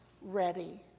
ready